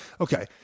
Okay